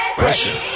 pressure